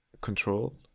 control